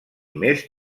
més